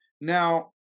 Now